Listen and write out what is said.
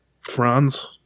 Franz